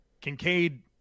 Kincaid